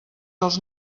els